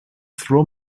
throw